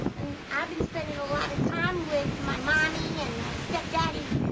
and i've been spending a lot of time with my mommy and my stepdaddy,